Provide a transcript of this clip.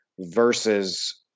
versus